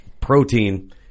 protein